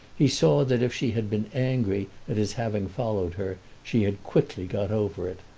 he saw that if she had been angry at his having followed her she had quickly got over it.